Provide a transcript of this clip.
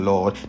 Lord